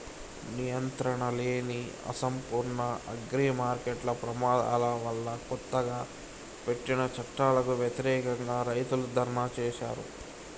నియంత్రణలేని, అసంపూర్ణ అగ్రిమార్కెట్ల ప్రమాదాల వల్లకొత్తగా పెట్టిన చట్టాలకు వ్యతిరేకంగా, రైతులు ధర్నా చేశారు